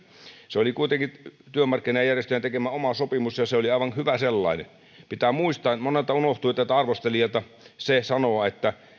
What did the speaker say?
se oli kuitenkin työmarkkinajärjestöjen tekemä oma sopimus ja se oli aivan hyvä sellainen pitää muistaa monelta arvostelijalta unohtui se sanoa että